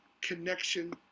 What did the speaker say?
connection